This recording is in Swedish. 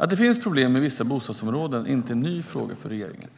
Att det finns problem i vissa bostadsområden är inte en ny fråga för regeringen.